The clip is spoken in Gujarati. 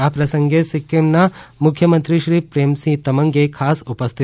આ પ્રસંગે સિક્કિમના મુખ્યમંત્રીશ્રી પ્રેમસિંહ તમંગે ખાસ ઉપસ્થિ